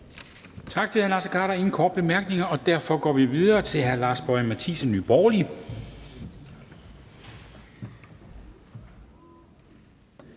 Tak til hr. Naser Khader. Der er ingen korte bemærkninger, og derfor går vi videre til hr. Lars Boje Mathiesen, Nye Borgerlige.